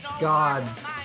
gods